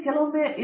professor